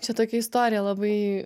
čia tokia istorija labai